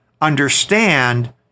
understand